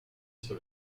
sur